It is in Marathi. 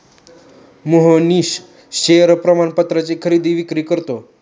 मोहनीश शेअर प्रमाणपत्राची खरेदी विक्री करतो